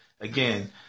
Again